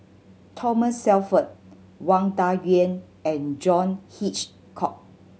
Thomas Shelford Wang Dayuan and John Hitchcock